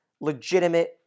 legitimate